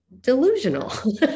delusional